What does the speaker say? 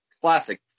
classic